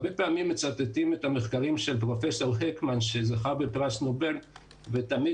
הרבה פעמים מצטטים את המחקרים של פרופסור הקמן שזכה בפרס נובל ותמיד